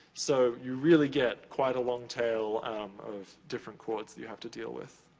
so you really get quite a long tail of different chords that you have to deal with.